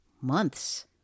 months